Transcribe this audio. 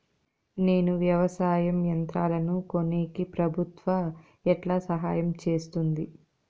నేను వ్యవసాయం యంత్రాలను కొనేకి ప్రభుత్వ ఎట్లా సహాయం చేస్తుంది?